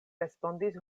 respondis